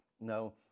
No